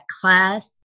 class